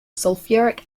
sulfuric